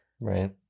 Right